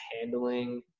handling